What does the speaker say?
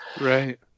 right